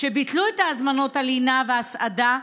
שביטלו את הזמנות הלינה וההסעדה,